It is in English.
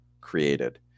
created